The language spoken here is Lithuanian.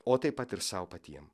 o taip pat ir sau patiem